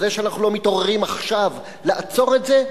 זה שאנחנו לא מתעוררים עכשיו לעצור את זה,